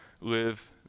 live